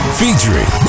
featuring